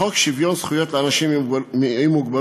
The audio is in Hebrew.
בחוק שוויון זכויות לאנשים עם מוגבלות,